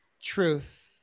truth